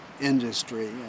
industry